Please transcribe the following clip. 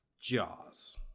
Jaws